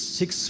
six